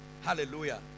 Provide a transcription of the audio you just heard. Hallelujah